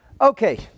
Okay